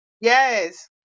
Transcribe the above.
Yes